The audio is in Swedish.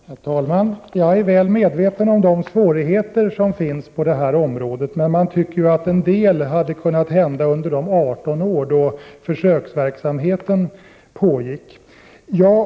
Herr talman! Jag är väl medveten om de svårigheter som finns på det här området. Men man tycker ju att en del hade kunnat hända under de 18 år som försöksverksamheten pågick.